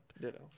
Ditto